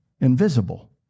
invisible